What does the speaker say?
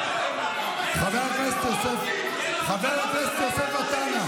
חבר הכנסת רון כץ, המסר הובן.